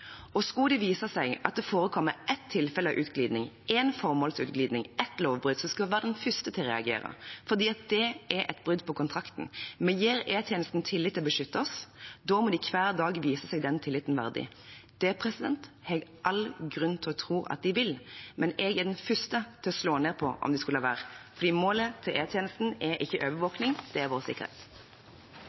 seg at det forekommer ett tilfelle av utglidning, én formålsutglidning, ett lovbrudd, skal jeg være den første til å reagere, for det er et brudd på kontrakten. Vi gir E-tjenesten tillit til å beskytte oss. Da må de hver dag vise seg den tilliten verdig. Det har jeg all grunn til å tro at de vil, men jeg er den første til å slå ned på det om de skulle la være, for målet til E-tjenesten er ikke overvåkning, det er vår sikkerhet.